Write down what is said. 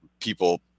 people